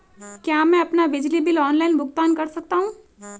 क्या मैं अपना बिजली बिल ऑनलाइन भुगतान कर सकता हूँ?